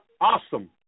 awesome